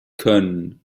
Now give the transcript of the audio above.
können